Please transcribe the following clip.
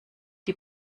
die